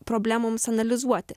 problemoms analizuoti